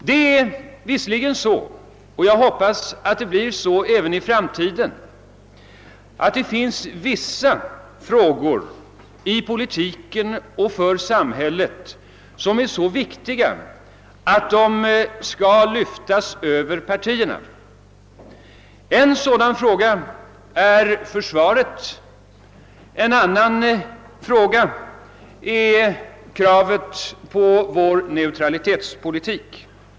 Det finns visserligen vissa politiska frågor som är så viktiga — och jag hoppas att de förblir det även i framtiden — att de skall lyftas över partierna. En sådan fråga är försvaret och en annan kravet på vår neutralitetspolitik.